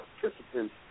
participants